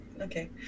Okay